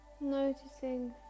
Noticing